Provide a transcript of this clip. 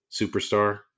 superstar